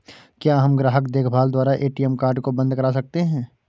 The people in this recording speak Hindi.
क्या हम ग्राहक देखभाल द्वारा ए.टी.एम कार्ड को बंद करा सकते हैं?